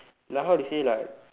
like how they say like